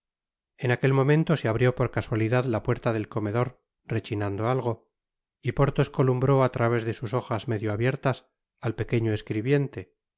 en aquel momento se abrió por casualidad la puerta del comedor rechinando algo y porthos columbró á través de sus hojas medio abiertas al pequeño escribiente